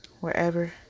wherever